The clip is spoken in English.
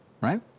Right